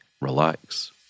relax